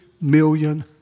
million